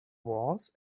was